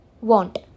want